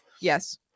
Yes